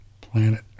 Planet